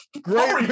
great